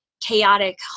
chaotic